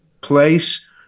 place